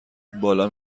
بالا